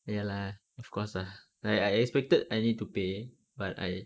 ya lah of course ah I I expected I need to pay but I